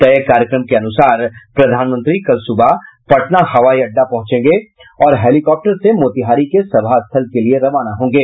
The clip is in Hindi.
तय कार्यक्रम के अनुसार प्रधानमंत्री कल सुबह पटना हवाई अड्डा पहुंचेगें और हेलिकॉपटर से मोतिहारी के सभास्थल के लिए रवाना होगें